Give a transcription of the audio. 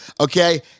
okay